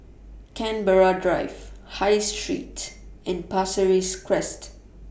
Canberra Drive High Street and Pasir Ris Crest